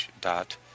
dot